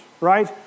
right